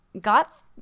got